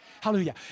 Hallelujah